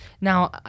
now